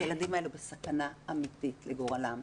הילדים האלו בסכנה אמיתית לגורלם.